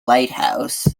lighthouse